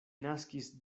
naskis